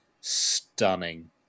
stunning